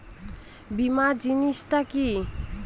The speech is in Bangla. বীমা জিনিস টা কি?